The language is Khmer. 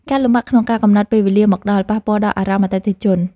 ការលំបាកក្នុងការកំណត់ពេលវេលាមកដល់ ប៉ះពាល់ដល់អារម្មណ៍អតិថិជន។